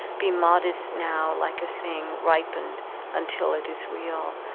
be modest now, like a thing ripened until it is real,